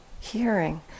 hearing